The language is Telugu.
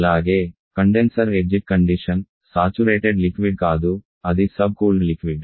అలాగే condenser exit condition saturated liquid కాదు అది సబ్కూల్డ్ లిక్విడ్